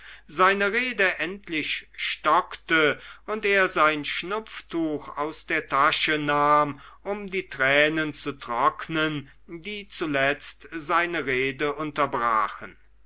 seine rede endlich stockte und er ein schnupftuch aus der tasche nahm um die tränen zu trocknen die zuletzt seine rede unterbrachen